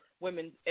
women